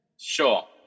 Sure